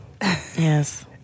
Yes